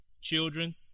children